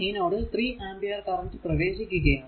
ഈ നോഡിൽ 3 ampere current പ്രവേശിക്കുകയാണ്